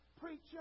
Preacher